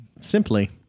simply